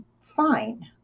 fine